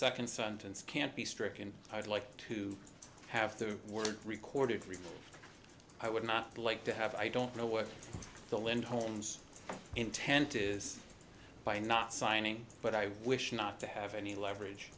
second sentence can't be stricken i would like to have to work recorded everything i would not like to have i don't know what the land homes intent is by not signing but i wish not to have any leverage